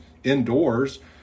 indoors